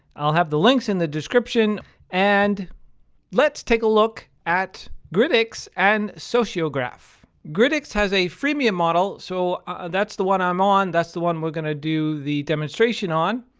i'll have the links in the description and let's take a look at grytics and sociograph. grytics has a freemium model so that's the one i'm on. that's the one we're going to do the demonstration on.